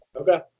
Okay